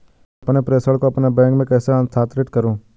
मैं अपने प्रेषण को अपने बैंक में कैसे स्थानांतरित करूँ?